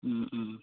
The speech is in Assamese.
ওম ওম